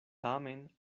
tamen